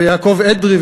ויעקב אדרי,